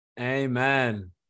Amen